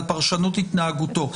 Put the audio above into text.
על פרשנות התנהגותו.